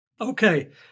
Okay